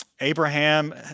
Abraham